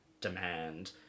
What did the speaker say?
demand